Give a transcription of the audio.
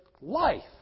life